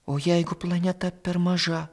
o jeigu planeta per maža